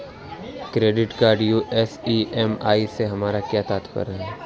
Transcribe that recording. Credit card US EMI से हमारा क्या तात्पर्य है?